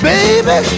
Baby